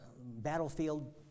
battlefield